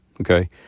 Okay